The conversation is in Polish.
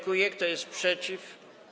Kto jest przeciw?